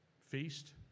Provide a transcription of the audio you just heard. feast